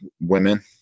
women